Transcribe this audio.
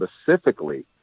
specifically